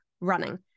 running